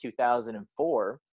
2004